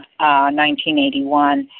1981